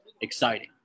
exciting